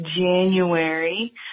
January